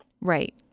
Right